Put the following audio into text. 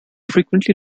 frequently